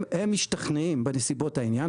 הם משתכנעים בנסיבות העניין,